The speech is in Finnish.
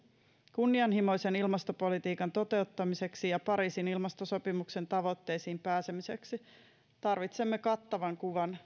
kunnianhimoisen ilmastopolitiikan toteuttamiseksi ja pariisin ilmastosopimuksen tavoitteisiin pääsemiseksi tarvitsemme kattavan